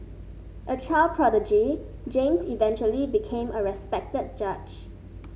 a child prodigy James eventually became a respected judge